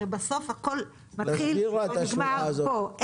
הרי בסוף הכל מתחיל ונגמר פה.